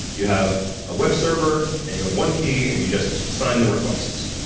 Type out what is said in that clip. you have a web server and you have one key and you just sign the requests.